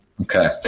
Okay